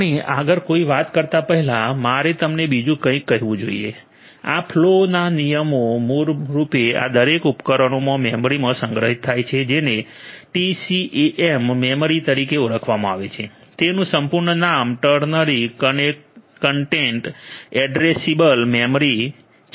આપણે આગળ કોઈ વાત કરતા પહેલા મારે તમને બીજું કંઇક કહેવું જોઈએ આ ફલૉ ના નિયમો મૂળ રૂપે આ દરેક ઉપકરણોમાં મેમરીમાં સંગ્રહિત થાય છે જેને TCAM મેમરી તરીકે ઓળખવામાં આવે છે તેનું સંપૂર્ણ નામ ટર્નરી કન્ટેન્ટ એડ્રેસિબલ મેમરી છે